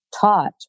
taught